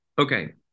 okay